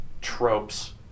tropes